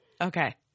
okay